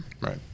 right